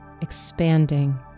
expanding